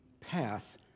path